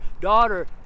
daughter